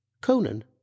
Conan